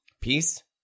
peace